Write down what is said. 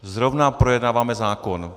Zrovna projednáváme zákon.